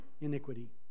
iniquity